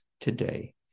today